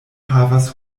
havas